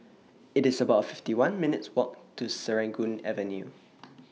It's about fiftyone minutes' Walk to Serangoon Avenue